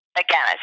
again